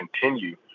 continue